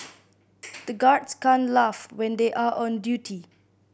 the guards can't laugh when they are on duty